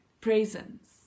presence